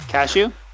Cashew